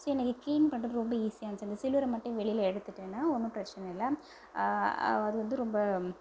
so எனக்கு clean பண்ணுறது ரொம்ப ஈஸியாக இந்துச்சு அந்த சில்வரை மட்டும் வெளியில எடுத்துட்டேனால் ஒன்றும் பிரச்சனை இல்லை அது வந்து ரொம்ப